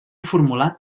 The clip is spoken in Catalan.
formulat